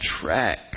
track